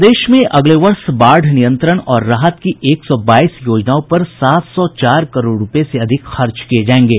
प्रदेश में अगले वर्ष बाढ़ नियंत्रण और राहत की एक सौ बाईस योजनाओं पर सात सौ चार करोड़ रूपये से अधिक खर्च किये जायेंगे